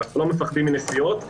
אנחנו לא פוחדים מנסיעות.